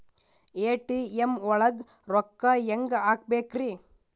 ATM ಒಳಗ್ ರೊಕ್ಕ ಹೆಂಗ್ ಹ್ಹಾಕ್ಬೇಕ್ರಿ?